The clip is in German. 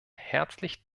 herzlich